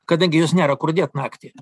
kadangi jos nėra kur dėt naktį